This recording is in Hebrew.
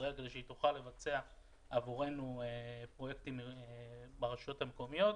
ישראל כדי שהיא תוכל לבצע עבורנו פרויקטים ברשויות המקומיות.